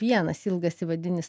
vienas ilgas įvadinis